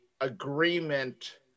agreement